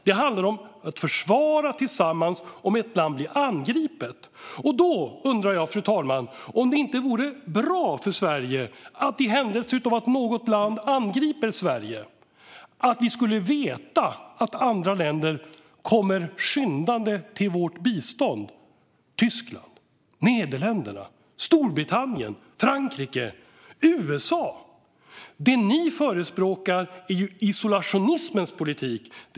Det handlar om att försvara tillsammans om ett land blir angripet, och då, fru talman, undrar jag om det inte vore bra för Sverige att vi, i händelse av att något land angriper Sverige, vet att andra länder kommer skyndande till vårt bistånd - Tyskland, Nederländerna, Storbritannien, Frankrike och USA. Det ni förespråkar är isolationismens politik, Björn Söder.